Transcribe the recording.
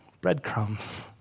Breadcrumbs